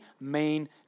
main